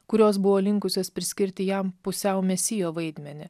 kurios buvo linkusios priskirti jam pusiau mesijo vaidmenį